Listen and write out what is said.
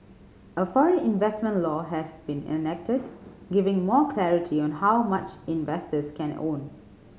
a foreign investment law has been enacted giving more clarity on how much investors can own